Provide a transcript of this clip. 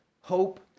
hope